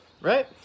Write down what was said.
Right